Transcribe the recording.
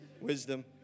wisdom